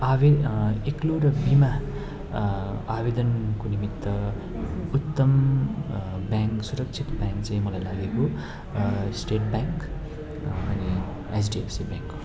भए पनि एक्लो र बिमा आवेदनको निमित्त उत्तम ब्याङ्क सुरक्षित ब्याङ्क चाहिँ मलाई लागेको स्टेट ब्याङ्क अनि एसडिएफसी ब्याङ्क हो